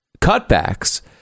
cutbacks